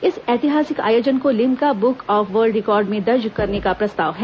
इस ऐतिहासिक आयोजन को Limca book of world record में दर्ज करने प्रस्ताव है